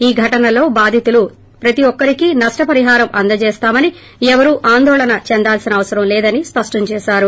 ఈ ఘటనలో బాధితులు ప్రతి ఒక్కరికి నష్టపరిహారం అందజేస్తామని ఎవరూ ఆందోళన చెందాల్సిన అవసరం లేదని స్పష్టం చేశారు